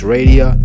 Radio